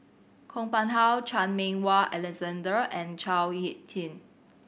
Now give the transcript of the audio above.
Kong Pung How Chan Meng Wah Alexander and Chao Hick Tin